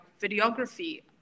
videography